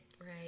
Right